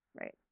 Right